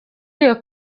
iyo